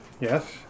Yes